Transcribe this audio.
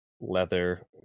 leather